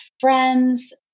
friends